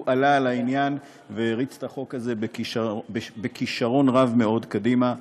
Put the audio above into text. הוא עלה על העניין והריץ את החוק הזה בכישרון רב מאוד קדימה,